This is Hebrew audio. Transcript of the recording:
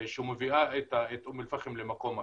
שמביאה את אום אל פחם למקום אחר.